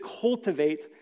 cultivate